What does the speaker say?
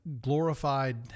glorified